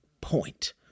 point